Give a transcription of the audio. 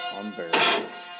unbearable